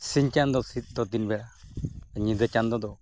ᱥᱤᱧ ᱪᱟᱸᱫᱳ ᱥᱮᱫ ᱫᱚ ᱫᱤᱱ ᱵᱮᱲᱟ ᱧᱤᱫᱟᱹ ᱪᱟᱸᱫᱳ ᱫᱚ